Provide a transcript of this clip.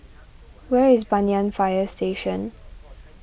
where is Banyan Fire Station